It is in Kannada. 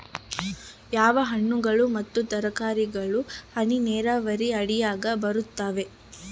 ಯಾವ ಹಣ್ಣುಗಳು ಮತ್ತು ತರಕಾರಿಗಳು ಹನಿ ನೇರಾವರಿ ಅಡಿಯಾಗ ಬರುತ್ತವೆ?